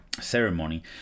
ceremony